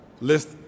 list